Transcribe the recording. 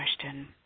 question